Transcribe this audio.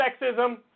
sexism